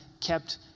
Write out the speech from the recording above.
kept